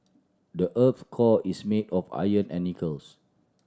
the earth's core is made of iron and nickels